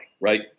right